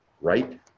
right